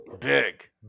Big